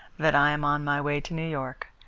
that i am on my way to new york.